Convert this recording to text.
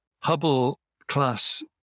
Hubble-class